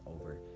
over